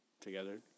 together